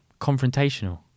confrontational